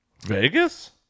Vegas